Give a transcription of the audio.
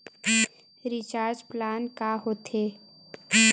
Recharge plan का होथे?